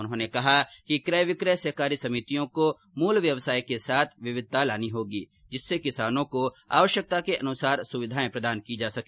उन्होने कहा कि क्रय विक्रय सहकारी समितियों को मूल व्यवसाय के साथ विविधता लानी होगी जिससे किसानों को आवश्यकता के अनुसार सुविधाएं प्रदान की जा सके